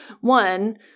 One